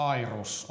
Airus